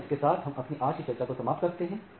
अतः इसके साथ हम अपनी आज की चर्चा को समाप्त करते हैं